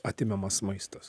atimamas maistas